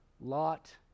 Lot